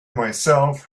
myself